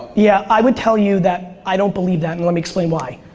yeah, i would tell you that i don't believe that, and let me explain why.